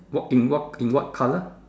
what in what in what colour